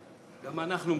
גם אנחנו מקדמים.